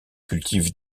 cultive